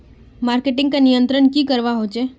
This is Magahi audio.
मार्केटिंग का नियंत्रण की करवा होचे?